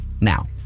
now